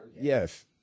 Yes